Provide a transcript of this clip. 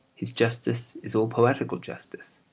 his justice is all poetical justice,